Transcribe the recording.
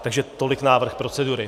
Takže tolik návrh procedury.